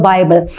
Bible